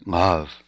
love